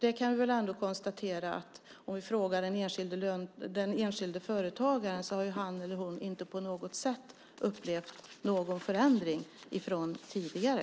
Vi kan ändå konstatera att den enskilde företagaren inte på något sätt har upplevt någon förändring från tidigare.